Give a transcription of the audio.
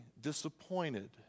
disappointed